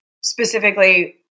specifically